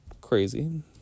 crazy